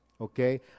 okay